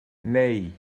neu